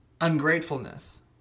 ungratefulness